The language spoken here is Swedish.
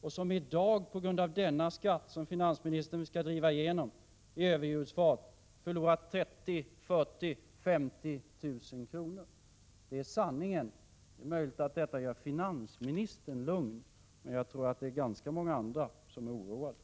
De förlorar i dag, på grund av denna skatt som finansministern skall driva igenom i överljudsfart, 30 000, 40 000 — ja 50 000 kr. Det är sanningen. Det är möjligt att detta gör finansministern lugn, men jag tror att det är ganska många andra som är oroade.